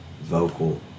vocal